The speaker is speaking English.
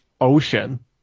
ocean